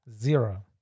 zero